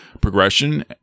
progression